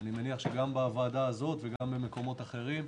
אני מניח שגם בוועדה הזאת וגם במקומות אחרים,